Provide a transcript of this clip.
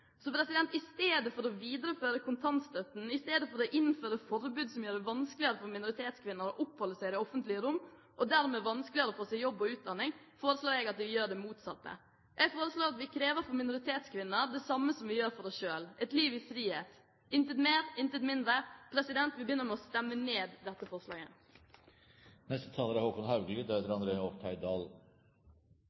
I stedet for å videreføre kontantstøtten, i stedet for å innføre forbud som gjør det vanskeligere for minoritetskvinner å oppholde seg i det offentlige rom og dermed vanskeligere å få seg jobb og utdanning, foreslår jeg at vi gjør det motsatte. Jeg foreslår at vi for minoritetskvinner krever det samme som vi gjør for oss selv, et liv i frihet – intet mer, intet mindre. Vi begynner med å stemme ned dette forslaget.